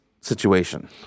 situation